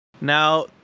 Now